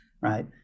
right